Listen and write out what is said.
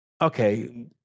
Okay